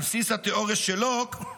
על בסיס התיאוריה של לוק,